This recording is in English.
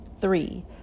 Three